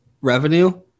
revenue